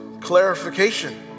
clarification